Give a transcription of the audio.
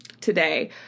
today